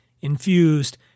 infused